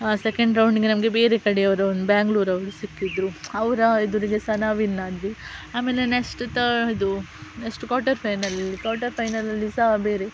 ಆ ಸೆಕೆಂಡ್ ರೌಂಡಿಗೆ ನಮಗೆ ಬೇರೆ ಕಡೆಯವ್ರು ಬೆಂಗ್ಳೂರವ್ರು ಸಿಕ್ಕಿದ್ದರು ಅವರ ಎದುರಿಗೆ ಸಹ ನಾವು ವಿನ್ ಆದ್ವಿ ಆಮೇಲೆ ನೆಕ್ಸ್ಟ್ ಇದು ನೆಕ್ಸ್ಟ್ ಕ್ವಾಟರ್ ಫೈನಲಲ್ಲಿ ಕ್ವಾಟರ್ ಫೈನಲಲ್ಲಿ ಸಹ ಬೇರೆ